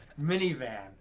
minivan